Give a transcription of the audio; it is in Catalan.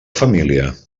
família